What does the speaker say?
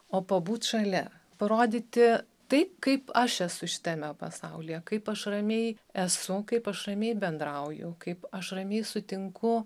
o pabūt šalia parodyti taip kaip aš esu šitame pasaulyje kaip aš ramiai esu kaip aš ramiai bendrauju kaip aš ramiai sutinku